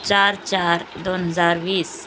चार चार दोन हजार वीस